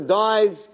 dies